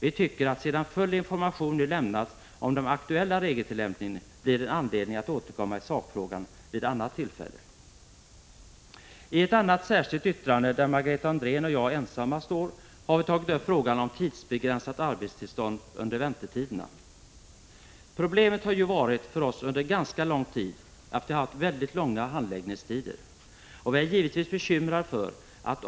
Vi tycker att sedan full information nu lämnats om den aktuella regeltillämpningen finns det anledning att återkomma i sakfrågan vid annat tillfälle. I ett annat särskilt yttrande, som Margareta Andrén och jag ensamma står för, har vi tagit upp frågan om tidsbegränsat arbetstillstånd under väntetiderna. Problemet har ju under ganska lång tid varit att vi haft väldigt långa handläggningstider.